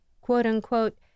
quote-unquote